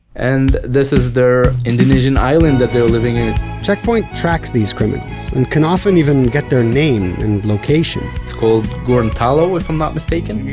and this is their indonesian island that they're living in check point tracks these criminals, and can often even get their name and location it's called gorontalo, if i'm not mistaken.